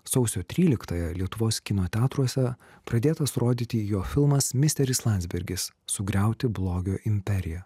sausio tryliktąją lietuvos kino teatruose pradėtas rodyti jo filmas misteris landsbergis sugriauti blogio imperiją